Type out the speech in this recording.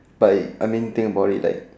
but I mean think about like